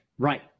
Right